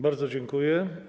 Bardzo dziękuję.